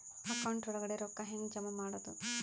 Account ಒಳಗಡೆ ರೊಕ್ಕ ಹೆಂಗ್ ಜಮಾ ಮಾಡುದು?